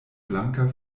blanka